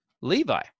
Levi